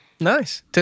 Nice